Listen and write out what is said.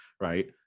right